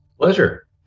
Pleasure